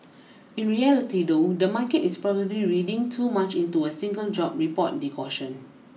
in reality though the market is probably reading too much into a single job report they cautioned